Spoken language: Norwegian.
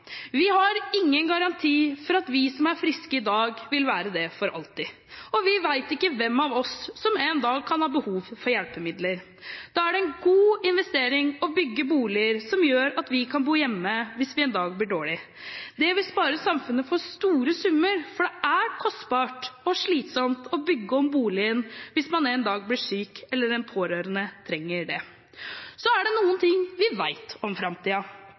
vi ikke vet om framtiden. Vi har ingen garanti for at vi som er friske i dag, vil være det for alltid, og vi vet ikke hvem av oss som en dag kan ha behov for hjelpemidler. Da er det en god investering å bygge boliger som gjør at vi kan bo hjemme hvis vi en dag blir dårlige. Det vil spare samfunnet for store summer, for det er kostbart og slitsomt å bygge om boligen hvis man en dag blir syk eller en pårørende trenger det. Det er noen ting vi vet om